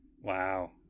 wow